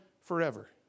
forever